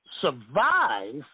survive